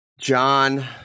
John